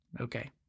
Okay